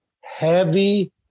Heavy